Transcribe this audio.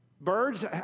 Birds